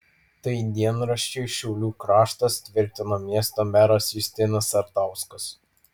tai dienraščiui šiaulių kraštas tvirtino miesto meras justinas sartauskas